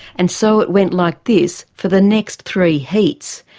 and so it went like this for the next three heats.